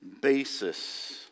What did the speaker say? basis